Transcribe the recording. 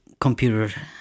computer